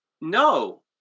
no